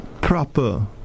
proper